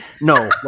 no